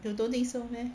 you don't think so meh